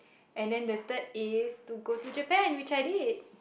and then the third is to go to Japan which I did